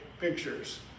pictures